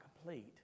complete